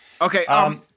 Okay